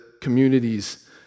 communities